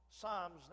Psalms